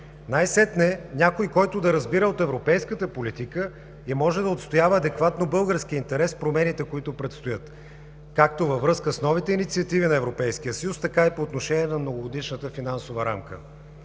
Най-сетне някой, който да разбира от европейската политика и може да отстоява адекватно българския интерес в промените, които предстоят както във връзка с новите инициативи на Европейския съюз, така и по отношение на Многогодишната финансова рамка?!